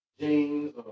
jeans